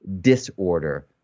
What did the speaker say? disorder